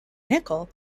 nickel